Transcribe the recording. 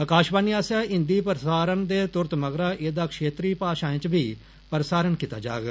आकाशवाणी आसेआ हिंदी प्रसारण दे फौरन मगरा एह्दा क्षेत्रीय भाषाएं च बी प्रसारण कीता जाग